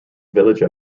village